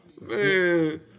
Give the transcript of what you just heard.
Man